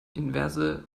inverse